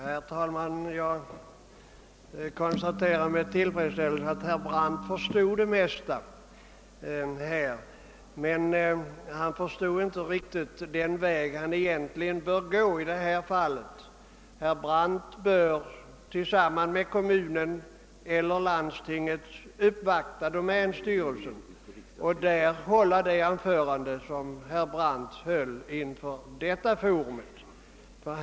Herr talman! Jag konstaterar med tillfredsställelse att herr Brandt förstod det mesta men att han inte riktigt insåg vilken väg han i det här fallet egentligen bör gå. Herr Brandt bör tillsammans med kommunen eller landstinget uppvakta domänstyrelsen för att hålla det anförande som hän höll inför detta forum.